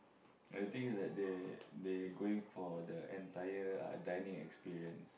the thing is that they they going for the entire ah dining experience